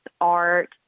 art